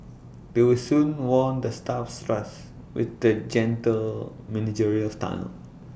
they will soon won the staff's trust with their gentle managerial style